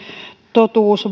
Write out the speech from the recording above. totuus